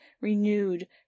renewed